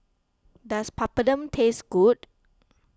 does Papadum taste good